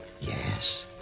Yes